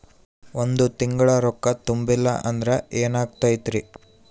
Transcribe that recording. ಒಂದ ತಿಂಗಳ ರೊಕ್ಕ ತುಂಬಿಲ್ಲ ಅಂದ್ರ ಎನಾಗತೈತ್ರಿ?